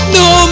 no